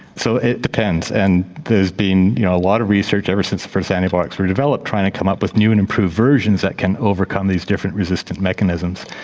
so, it depends. and there has been you know a lot of research, ever since the first antibiotics were developed, trying to come up with new and improved versions that can overcome these different resistant mechanisms.